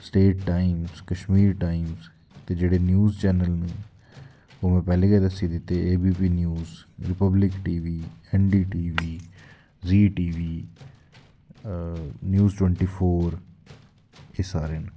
state Times Kashmir Times ते जेह्ड़े news channel न ओह् में पैह्लें गै दस्सी दित्ते A B P news Republic T V N D T V Zee T V news twenty four एह् सारे न